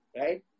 right